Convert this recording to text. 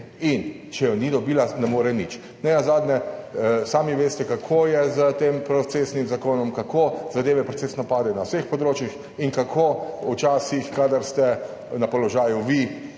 in če jo ni dobila, ne more nič. Nenazadnje sami veste, kako je s tem procesnim zakonom, kako zadeve procesno padejo na vseh področjih in kako včasih, kadar ste na položaju vi,